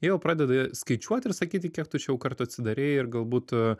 jie jau pradeda skaičiuoti ir sakyti kiek tu čia jau kartų atsidarei ir galbūt